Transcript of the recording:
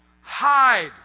Hide